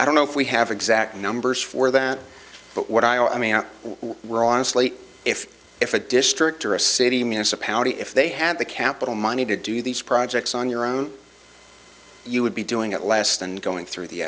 i don't know if we have exact numbers for that but what i mean out where honestly if if a district or a city municipality if they had the capital money to do these projects on your own you would be doing it less than going through the